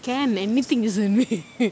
can anything you send me